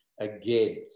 again